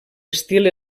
estil